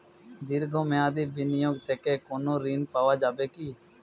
দীর্ঘ মেয়াদি বিনিয়োগ থেকে কোনো ঋন পাওয়া যাবে কী?